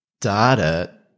Data